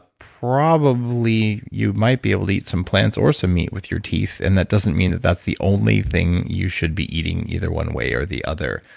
probably you might be able to eat some plants or some meat with your teeth and that doesn't mean that that's the only thing you should be eating, either one way or the other.